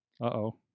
Uh-oh